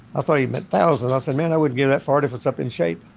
ah thought he meant thousand. i said, man, i wouldn't give that for it if it's up in shape.